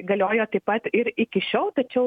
galiojo taip pat ir iki šiol tačiau